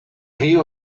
río